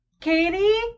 Katie